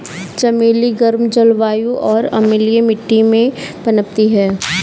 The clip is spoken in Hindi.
चमेली गर्म जलवायु और अम्लीय मिट्टी में पनपती है